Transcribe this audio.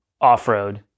off-road